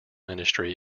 industry